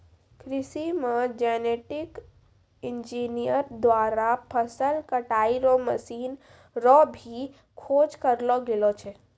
कृषि मे genetic engineer द्वारा फसल कटाई रो मशीन रो भी खोज करलो गेलो छै